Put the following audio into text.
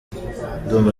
ndumva